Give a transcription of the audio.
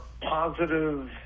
positive